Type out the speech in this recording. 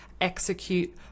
execute